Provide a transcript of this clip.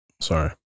Sorry